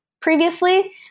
previously